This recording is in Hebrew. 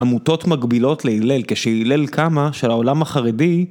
עמותות מקבילות להלל כשהלל קמה שהעולם החרדי